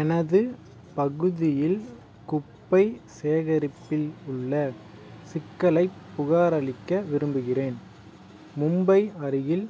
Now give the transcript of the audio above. எனது பகுதியில் குப்பை சேகரிப்பில் உள்ள சிக்கலைப் புகார் அளிக்க விரும்புகிறேன் மும்பை அருகில்